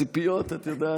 ציפיות, את יודעת.